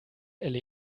elli